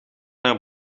naar